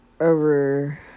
over